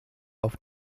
auf